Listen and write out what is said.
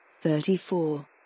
Thirty-four